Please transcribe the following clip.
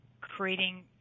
creating